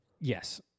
yes